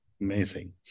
Amazing